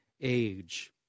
age